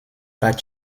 par